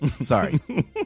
Sorry